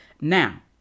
Now